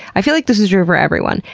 i feel like this is true for everyone.